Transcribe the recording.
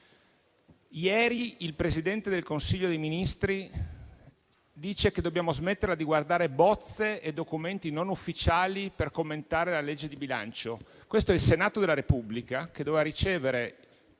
Ieri il Presidente del Consiglio dei ministri ha affermato che dobbiamo smetterla di guardare bozze e documenti non ufficiali per commentare il disegno di legge di bilancio. Questo è il Senato della Repubblica e avrebbe dovuto ricevere